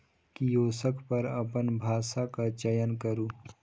kiosk पर अपन भाषाक चयन करू